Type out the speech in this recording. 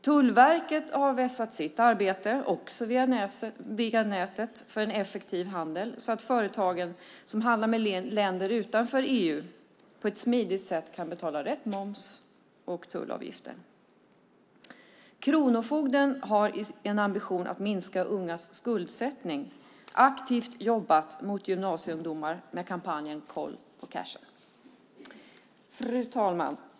Tullverket har vässat sitt arbete, också via nätet, för en effektiv handel så att företag som handlar med länder utanför EU på ett smidigt sätt kan betala rätt moms och tullavgifter. Kronofogden har i en ambition att minska ungas skuldsättning aktivt jobbat mot gymnasieungdomar med kampanjen Koll på cashen. Fru talman!